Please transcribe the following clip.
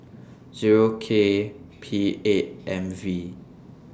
Zero K P eight M V